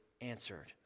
answered